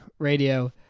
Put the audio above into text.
radio